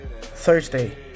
Thursday